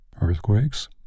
Earthquakes